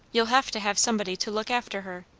you'll have to have somebody to look after her.